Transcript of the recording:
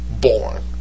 Born